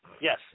Yes